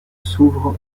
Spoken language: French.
s’ouvre